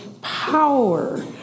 power